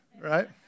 right